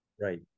Right